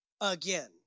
again